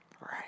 right